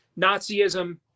Nazism